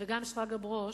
וגם שרגא ברוש,